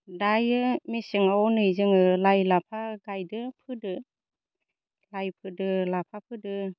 दायो मेसेङाव नै जोङो लाइ लाफा गायदो फोदो लाइ फोदो लाफा फोदो